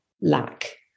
lack